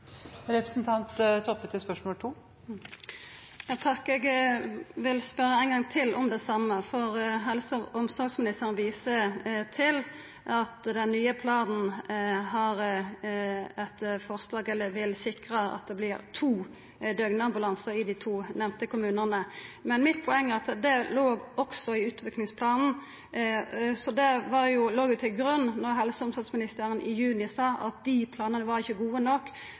helse- og omsorgsministeren viser til at den nye planen vil sikra at det vert to døgnambulansar i dei to nemnde kommunane. Mitt poeng er at det også låg i utviklingsplanen. Det låg til grunn då helse- og omsorgsministeren i juni sa at den planen ikkje var god nok. Eg vil spørja ein gong til: Kva er det som har kome i tillegg til dei døgnambulansane, som gjer at det prehospitale tilbodet no er godt nok?